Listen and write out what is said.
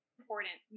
important